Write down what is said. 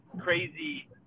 crazy